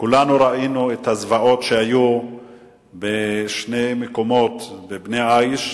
כולנו ראינו את הזוועות שהיו בשני מקומות: בבני-עי"ש,